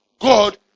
God